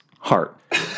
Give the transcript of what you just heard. heart